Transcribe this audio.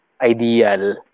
ideal